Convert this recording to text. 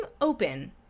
open